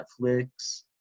netflix